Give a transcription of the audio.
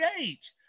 age